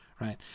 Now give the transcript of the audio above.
right